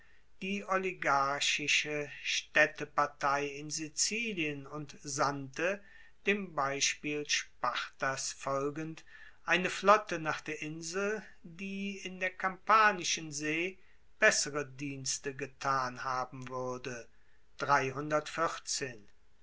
die oligarchische staedtepartei in sizilien und sandte dem beispiel spartas folgend eine flotte nach der insel die in der kampanischen see bessere dienste getan haben wuerde